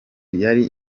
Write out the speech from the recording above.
yari